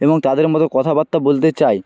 এবং তাদের মতো কথাবার্তা বলতে চায়